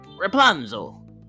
Rapunzel